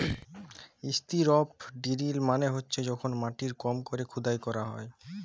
strip drill মালে হছে যখল মাটির কম ক্যরে খুদাই ক্যরা হ্যয়